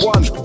One